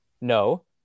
No